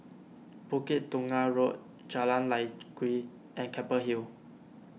Bukit Tunggal Road Jalan Lye Kwee and Keppel Hill